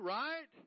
right